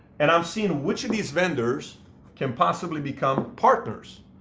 and i'm seeing which of these vendors can possibly become partners.